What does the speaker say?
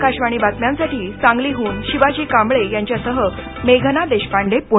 आकाशवाणी बातम्यांसाठी सांगलीहून शिवाजी कांबळे यांच्यासह मेघना देशपांडे पुणे